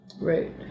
Right